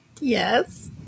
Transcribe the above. Yes